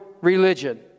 religion